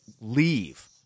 leave